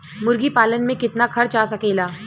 मुर्गी पालन में कितना खर्च आ सकेला?